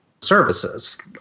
services